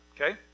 Okay